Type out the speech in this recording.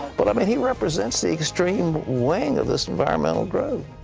but, i mean, he represents the extreme wing of this environmental group.